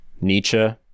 Nietzsche